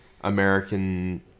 American